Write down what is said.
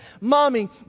mommy